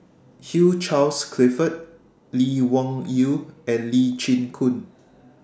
Hugh Charles Clifford Lee Wung Yew and Lee Chin Koon